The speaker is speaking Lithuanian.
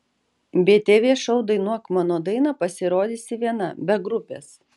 btv šou dainuok mano dainą pasirodysi viena be grupės